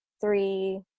three